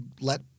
let